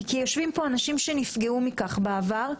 היא כי יושבים פה אנשים שנפגעו מכך בעבר,